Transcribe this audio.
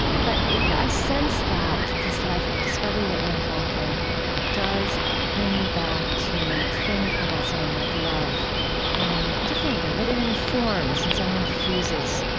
but i sense that this life of discovery that you're involved in does bring you back to think about something like love and differently. that it informs and somehow infuses